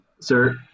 Sir